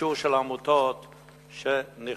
אישור של עמותות שנכשלו